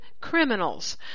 criminals